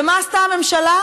ומה עשתה הממשלה?